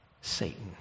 Satan